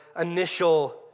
initial